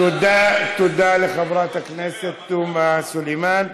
תודה לחברת הכנסת תומא סלימאן.